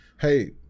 hey